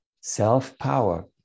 self-power